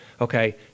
okay